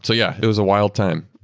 so yeah, it was a wild time